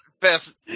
Best